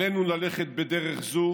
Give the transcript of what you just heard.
עלינו ללכת בדרך זו